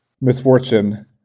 misfortune